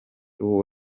w’u